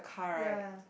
ya ya